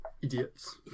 Idiots